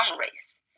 race